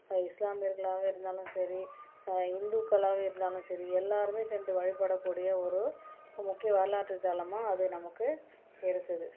இஸ்லாமியர்களாக இருந்தாலும் சரி இந்துக்களாக இருந்தாலும் சரி எல்லாருமே சென்று வழிபடக்கூடிய ஒரு முக்கிய வரலாற்று தலமாக அது நமக்கு இருக்குது